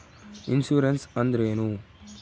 Insurance ಅಂದ್ರೇನು?